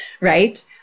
right